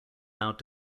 allowed